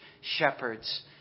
shepherds